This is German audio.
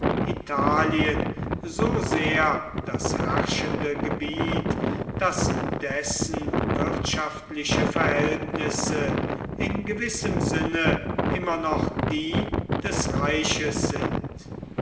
italien so sehr das herrschende gebiet daß dessen wirtschaftliche verhältnisse in gewissem sinne immer noch die des reiches sind